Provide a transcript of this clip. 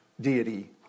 deity